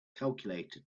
calculator